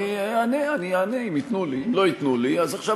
אני אענה אם ייתנו לי.